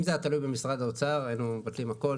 זה היה תלוי במשרד האוצר היינו מבטלים את הכול,